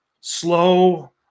slow